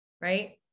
Right